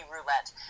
roulette